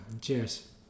Cheers